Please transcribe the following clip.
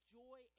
joy